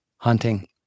Hunting